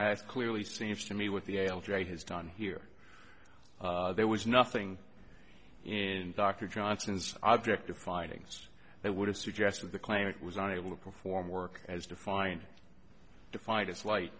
as clearly seems to me with the l g a has done here there was nothing in dr johnson's object to findings that would have suggested the claimant was unable to perform work as defined defined as light